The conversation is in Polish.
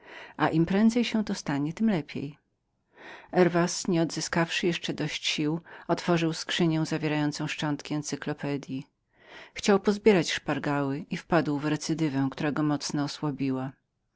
i im prędzej to się stanie tem lepiej herwas nie odzyskawszy jeszcze zupełnie sił otworzył skrzynię zawierającą szczątki jego encyklopedyi chciał pozbierać szpargały i wpadł w recydywę która go mocno